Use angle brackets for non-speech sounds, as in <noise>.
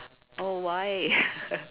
oh why <laughs>